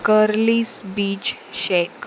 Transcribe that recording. Curlies beach Shaikh